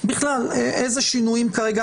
בכלל, אילו שינויים כרגע.